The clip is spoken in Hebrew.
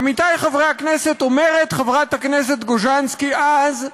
עמיתי חברי הכנסת, אומרת חברת הכנסת גוז'נסקי אז: